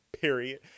period